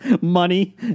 Money